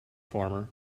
farmer